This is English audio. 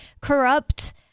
corrupt